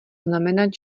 znamenat